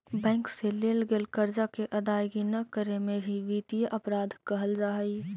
bank से लेल गेल कर्जा के अदायगी न करे में भी वित्तीय अपराध कहल जा हई